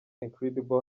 incredible